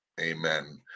amen